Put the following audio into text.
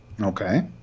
Okay